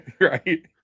right